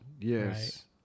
Yes